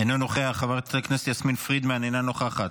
אינו נוכח, חברת הכנסת יסמין פרידמן, אינה נוכחת.